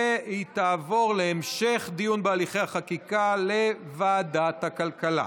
והיא תעבור להמשך דיון בהליכי החקיקה לוועדת הכלכלה.